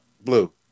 blue